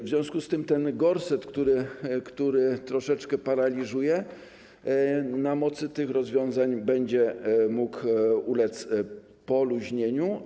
W związku z tym ten gorset, który je troszeczkę paraliżuje, na mocy tych rozwiązań będzie mógł ulec poluźnieniu.